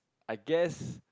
I guess